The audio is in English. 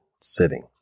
sitting